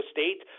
State